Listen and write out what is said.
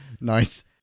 Nice